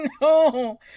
No